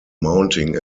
mounting